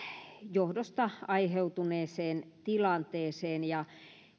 johdosta aiheutuneeseen tilanteeseen